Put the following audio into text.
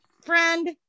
friend